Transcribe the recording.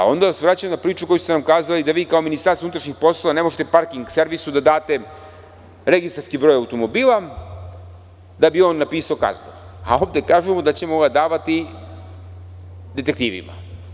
Onda se vraćam na priču kojom ste nam kazali da vi kao Ministarstvo unutrašnjih poslova ne možete parking servisu da date registarski broj automobila da bi on napisao kaznu, a ovde kažemo da ćemo ga davati detektivima.